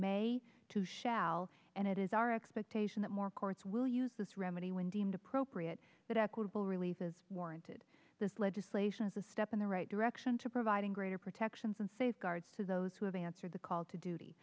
may to shall and it is our expectation that more courts will use this remedy when deemed appropriate that equitable relief is warranted this legislation is a step in the right direction to providing greater protections and safeguards to those you have answered the call to duty